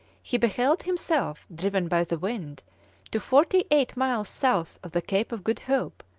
he beheld himself driven by the wind to forty-eight miles south of the cape of good hope,